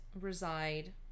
reside